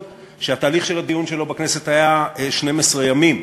שהתהליך של הדיון שלו בכנסת היה 12 ימים,